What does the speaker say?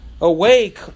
awake